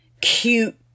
cute